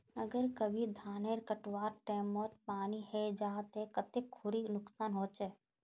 अगर कभी धानेर कटवार टैमोत पानी है जहा ते कते खुरी नुकसान होचए?